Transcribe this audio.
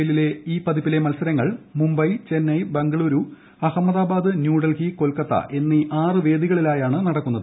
എല്ലിന്റെ ഈ പതിപ്പിലെ മത്സരങ്ങൾ മുംബൈ ചെന്നൈ ബംഗളുരു അഹമ്മദാബാദ് ന്യൂഡൽഹി കൊൽക്കത്ത എന്നീ ആറ് വേദികളിലാണ് നടക്കുന്നത്